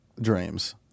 dreams